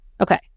Okay